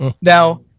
Now